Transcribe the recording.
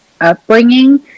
upbringing